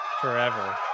forever